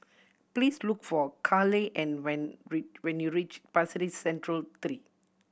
please look for Carleigh and when when you reach Pasir Ris Central Street three